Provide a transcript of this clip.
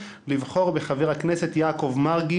לבחור בחבר הכנסת יעקב מרגי,